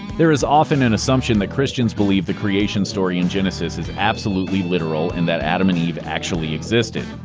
there is often an assumption that christians believe the creation story in genesis is absolutely literal and that adam and eve actually existed.